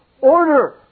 order